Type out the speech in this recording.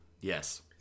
yes